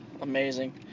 Amazing